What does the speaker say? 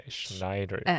Schneider